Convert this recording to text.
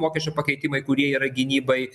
mokesčių pakeitimai kurie yra gynybai